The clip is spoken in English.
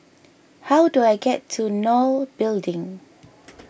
how do I get to Nol Building